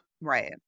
Right